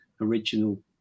original